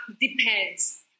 depends